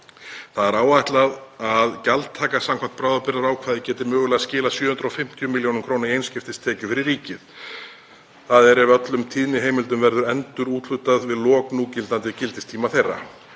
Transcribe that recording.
það er áætlað að gjaldtaka samkvæmt bráðabirgðaákvæði geti mögulega skilað 750 millj. kr. í einskiptistekjur fyrir ríkið, þ.e. ef öllum tíðniheimildum verður endurúthlutað við lok núgildandi gildistíma þeirra.